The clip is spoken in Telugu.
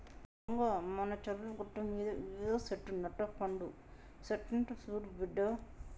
రంగా మానచర్ల గట్టుమీద ఇదేదో సెట్టు నట్టపండు సెట్టంట సూడు బిడ్డా